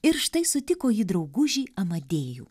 ir štai sutiko ji draugužį amadėjų